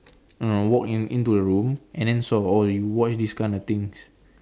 ah walk into the room and then so oh you watch this kind of thing